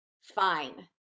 fine